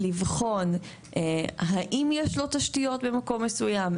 לבחון האם יש לו תשתיות במקום מסוים,